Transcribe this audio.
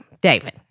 David